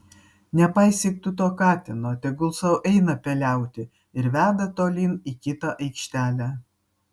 nepaisyk tu to katino tegul sau eina peliauti ir veda tolyn į kitą aikštelę